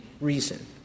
reason